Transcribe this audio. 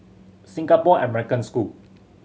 Singapore American School